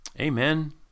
Amen